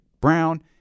Brown